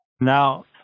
Now